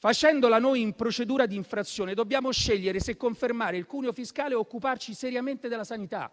facendola noi in procedura di infrazione, dobbiamo scegliere se confermare il cuneo fiscale o occuparci seriamente della sanità